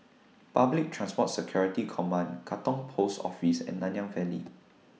Public Transport Security Command Katong Post Office and Nanyang Valley